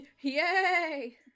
Yay